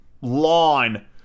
lawn